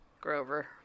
Grover